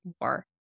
more